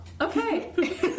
Okay